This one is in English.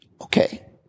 Okay